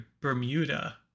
Bermuda